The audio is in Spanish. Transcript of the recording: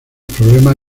problemas